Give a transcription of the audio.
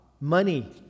money